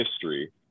history